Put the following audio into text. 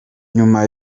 nyuma